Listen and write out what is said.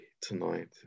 tonight